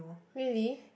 really